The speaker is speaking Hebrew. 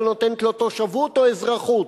לא נותנת לו תושבות או אזרחות,